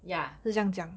ya